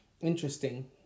interesting